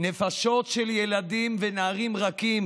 נפשות של ילדים ונערים רכים